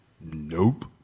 Nope